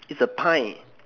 it's a pie